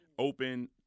open